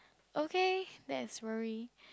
okay that is very